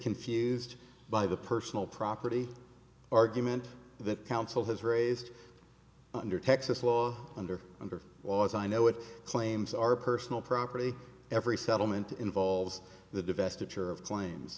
confused by the personal property argument that council has raised under texas law under under was i know it claims are personal property every settlement involves the divestiture of cla